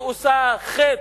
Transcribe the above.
היא עושה חטא,